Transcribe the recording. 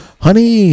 honey